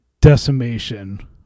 decimation